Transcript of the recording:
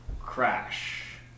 Crash